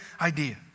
idea